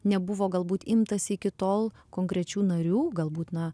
nebuvo galbūt imtasi iki tol konkrečių narių galbūt na